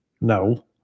No